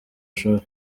shuri